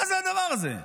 מה זה הדבר הזה?